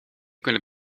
kunnen